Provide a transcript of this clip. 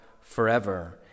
forever